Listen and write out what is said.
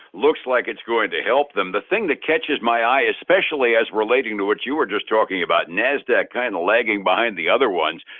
looks like it's going to help them. the thing that catches my eye, especially as relating to what you were just talking about, nasdaq kinda kind of lagging behind the other ones.